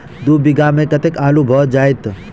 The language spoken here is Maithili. दु बीघा मे कतेक आलु भऽ जेतय?